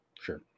Sure